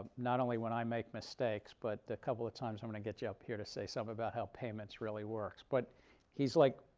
ah not only when i make mistakes, but a couple of times i'm going to get you up here to say stuff about how payments really works. but he's like,